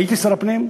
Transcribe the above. והייתי שר הפנים,